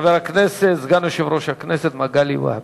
חבר הכנסת, סגן יושב-ראש הכנסת, מגלי והבה.